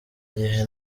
gihe